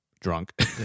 drunk